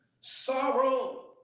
sorrow